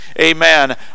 amen